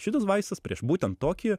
šitas vaistas prieš būtent tokį